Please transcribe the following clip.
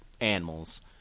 animals